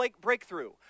breakthrough